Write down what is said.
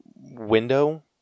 window